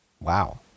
Wow